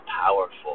powerful